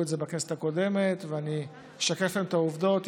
את זה בכנסת הקודמת ואני אשקף להם את העובדות,